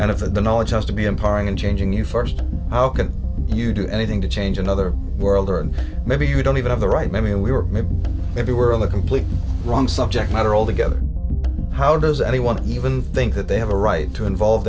and if the knowledge has to be empowering and changing you first how can you do anything to change another world or maybe you don't even have the right memory and we were if you were in the completely wrong subject matter altogether how does anyone even think that they have a right to involve